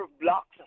blocks